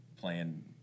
playing